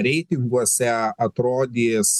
reitinguose atrodys